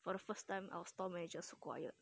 for the first time our store manager so quiet